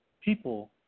People